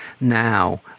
now